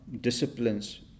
disciplines